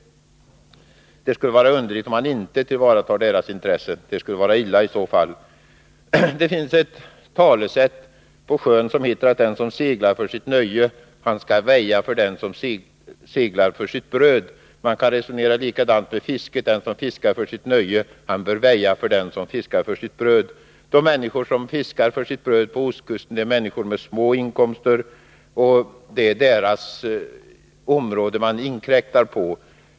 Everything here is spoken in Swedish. Det skulle vara underligt om man inte tillvaratar deras intresse. Det skulle vara illa i så fall. Det finns ett talesätt på sjön som lyder: Den som seglar för sitt nöje han skall väja för den som seglar för sitt bröd. Man kan resonera likadant om fisket. Den som fiskar för sitt nöje han bör väja för den som fiskar för sitt bröd. De människor som fiskar för sitt bröd på ostkusten är människor som har små inkomster, och det är deras område man inkräktar på.